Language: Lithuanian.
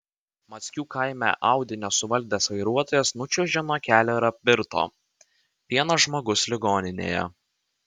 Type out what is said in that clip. mackių kaime audi nesuvaldęs vairuotojas nučiuožė nuo kelio ir apvirto vienas žmogus ligoninėje